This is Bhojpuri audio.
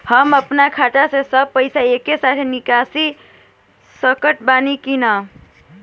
हम आपन खाता से सब पैसा एके साथे निकाल सकत बानी की ना?